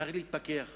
צריך להתפכח